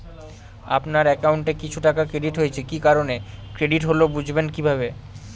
আপনার অ্যাকাউন্ট এ কিছু টাকা ক্রেডিট হয়েছে কি কারণে ক্রেডিট হল বুঝবেন কিভাবে?